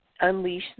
Unleash